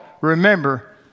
remember